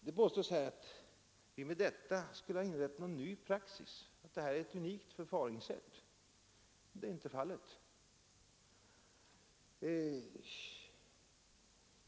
Det påstås här att vi med detta skulle ha inlett en ny praxis, att detta är ett unikt förfaringssätt. Det är inte fallet.